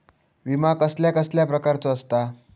विमा कसल्या कसल्या प्रकारचो असता?